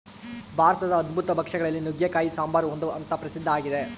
ಭಾರತದ ಅದ್ಭುತ ಭಕ್ಷ್ಯ ಗಳಲ್ಲಿ ನುಗ್ಗೆಕಾಯಿ ಸಾಂಬಾರು ಒಂದು ಅಂತ ಪ್ರಸಿದ್ಧ ಆಗಿದೆ